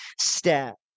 step